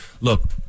look